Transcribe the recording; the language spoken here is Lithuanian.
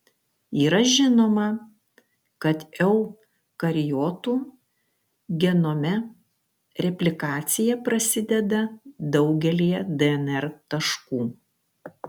yra žinoma kad eukariotų genome replikacija prasideda daugelyje dnr taškų